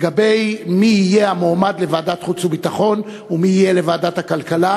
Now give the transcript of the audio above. לגבי מי יהיה המועמד לוועדת חוץ וביטחון ומי יהיה לוועדת הכלכלה,